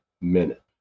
minute